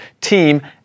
team